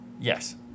Yes